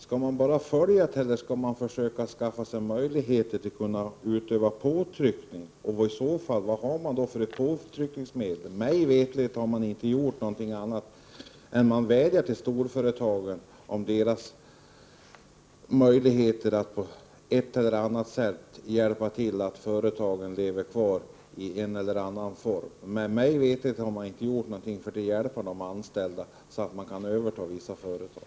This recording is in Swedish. Skall man bara följa utvecklingen eller skall man skaffa sig möjlighet att utöva påtryckning, och i så fall, vad har man för påtryckningsmedel? Mig veterligt har regeringen inte gjort annat än att vädja till storföretagen att de skall försöka se till att företag lever kvar i en eller annan form. Man har inte gjort någonting för att hjälpa de anställda att t.ex. överta vissa företag.